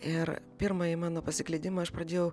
ir pirmąjį mano pasiklydimą aš pradėjau